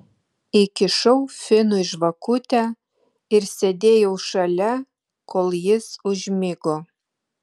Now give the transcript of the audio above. įkišau finui žvakutę ir sėdėjau šalia kol jis užmigo